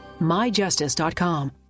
myjustice.com